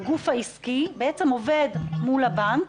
הגוף העסקי עובד מול הבנק